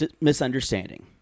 misunderstanding